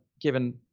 given